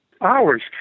Hours